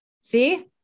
see